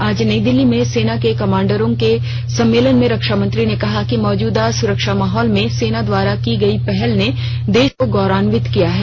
आज नई दिल्ली में सेना के कमांडरों के सम्मेलन में रक्षामंत्री ने कहा कि मौजूदा सुरक्षा माहौल में सेना द्वारा की गई पहल ने देश को गौरवान्वित किया है